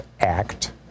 Act